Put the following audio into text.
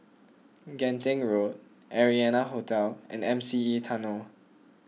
Genting Road Arianna Hotel and M C E Tunnel